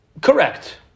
Correct